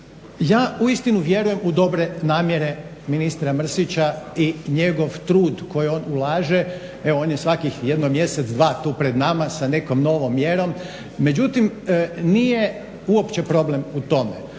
ja uistinu vjerujem u dobre namjere ministra Mrsića i njegov trud koji on ulaže. Evo on je svakih jedno mjesec, dva tu pred nama sa nekom novom mjerom. Međutim, nije uopće problem u tome.